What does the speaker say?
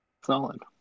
Solid